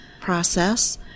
process